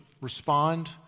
respond